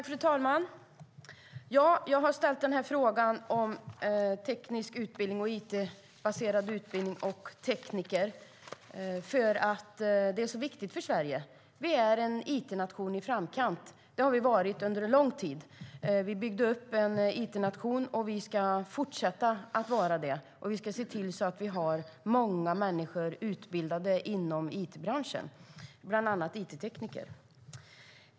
Fru talman! Jag har ställt denna interpellation om teknisk utbildning, it-baserad utbildning och tekniker för att detta är så viktigt för Sverige. Vi är en it-nation i framkant. Det har vi varit under en lång tid. Vi byggde upp en it-nation, och vi ska fortsätta att vara en it-nation. Vi ska se till att vi har många människor utbildade inom it-branschen, bland andra it-tekniker.